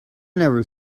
never